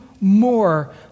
more